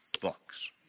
books